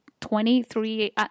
twenty-three